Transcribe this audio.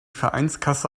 vereinskasse